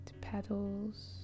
petals